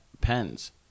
pens